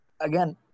again